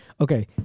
Okay